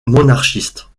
monarchiste